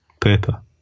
paper